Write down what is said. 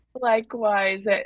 Likewise